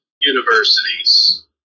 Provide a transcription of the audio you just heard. universities